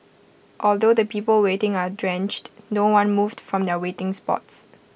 although the people waiting are drenched no one moved from their waiting spots